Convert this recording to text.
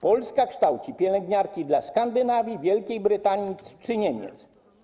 Polska kształci pielęgniarki dla Skandynawii, Wielkiej Brytanii czy Niemiec.